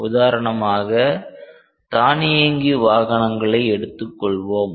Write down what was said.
உதாரணமாக தானியங்கி வாகனங்களை எடுத்துக்கொள்வோம்